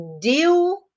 deal